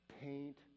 paint